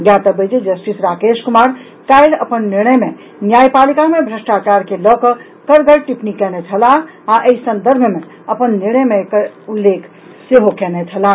ज्ञातव्य अछि जे जस्टिस राकेश कुमार काल्हि अपन निर्णय मे न्यायपालिका मे भ्रष्टाचार के लऽकऽ कड़गर टिप्पणी कयने छलाह आ एहि संदर्भ मे अपन निर्णय मे एकर उल्लेख सेहो कयने छलाह